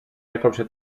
έκοψε